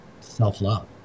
self-love